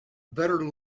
better